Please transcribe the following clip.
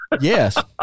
Yes